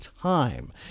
time